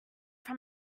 from